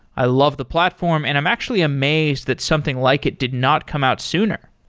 i love the platform and i'm actually amazed that something like it did not come out sooner.